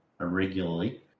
irregularly